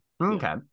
Okay